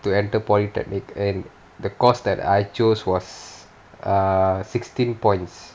to enter polytechnic and the course that I chose was err sixteen points